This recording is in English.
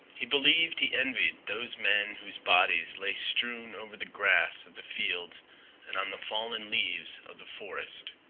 he believed he envied those men whose bodies lay strewn over the grass of the fields and on the fallen leaves of the forest.